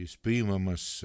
jis priimamas